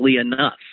enough